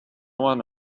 one